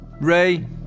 Ray